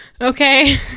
Okay